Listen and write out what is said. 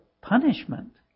punishment